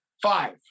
Five